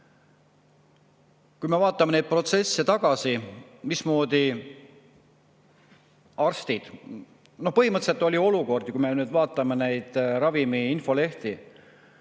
Kui me vaatame tagasi neile protsessidele, mismoodi arstid … Põhimõtteliselt oli olukordi, kui me nüüd vaatame neid ravimi infolehti,